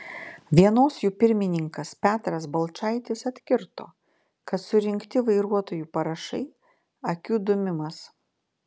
vienos jų pirmininkas petras balčaitis atkirto kad surinkti vairuotojų parašai akių dūmimas